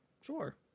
Sure